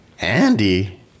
Andy